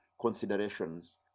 considerations